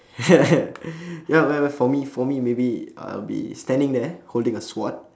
ya ya ya for me for me maybe I'll be standing there holding a sword